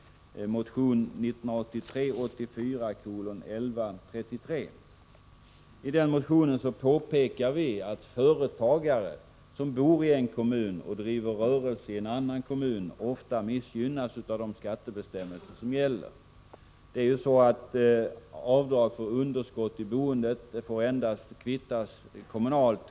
Det är motion 1983/84:1133. I den motionen påpekar vi att företagare som bor i en kommun och driver rörelse i en annan kommun ofta missgynnas av de skattebestämmelser som gäller. Det är ju så att avdrag för underskott i boendet får kvittas endast kommunalt.